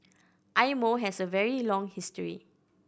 Eye Mo has a very long history